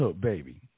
baby